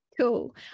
cool